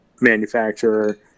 manufacturer